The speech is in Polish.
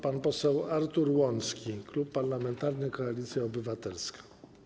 Pan poseł Artur Łącki, Klub Parlamentarny Koalicja Obywatelska.